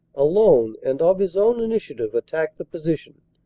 alone and of his own initiative attacked the position,